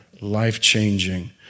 life-changing